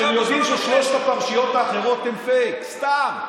אתם יודעים ששלוש הפרשיות האחרות הן פייק, סתם,